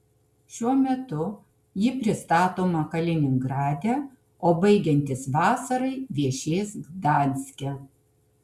šiuo metu ji pristatoma kaliningrade o baigiantis vasarai viešės gdanske